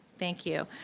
thank you.